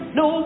no